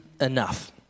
enough